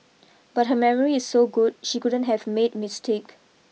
but her memory is so good she couldn't have made mistake